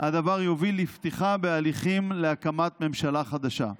הדבר יוביל לפתיחה בהליכים להקמת ממשלה חדשה.